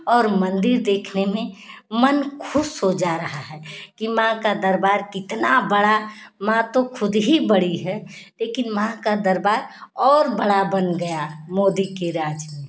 और मंदिर देखने में मन खुश हो जा रहा है कि माँ का दरबार कितना बड़ा माँ तो ख़ुद ही बड़ी है लेकिन माँ का दरबार और बड़ा बन गया मोदी के राज में